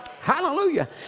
Hallelujah